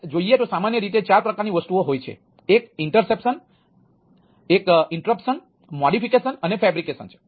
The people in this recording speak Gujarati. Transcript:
બીજા ઘણા ઘટકો છે જે આપણે જોઈશું